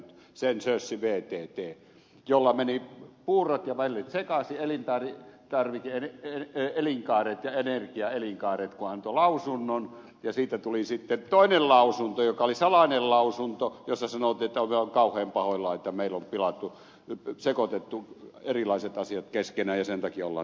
sen sössi vtt jolla menivät puurot ja vellit sekaisin elintarvike elinkaaret ja energiaelinkaaret kun antoi lausunnon ja siitä tuli sitten toinen lausunto joka oli salainen lausunto jossa sanottiin että ovat kauhean pahoillaan että meillä on pilattu sekoitettu erilaiset asiat keskenäisen takiola